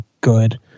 good